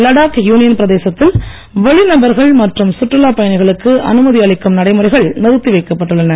Ladakh union பிரதேசத்தில் வெளி நபர்கள் மற்றும் சுற்றுலா பயணிகளுக்கு அனுமதியளிக்கும் நடைமுறைகள் நிறுத்தி வைக்கப்பட்டுள்ளன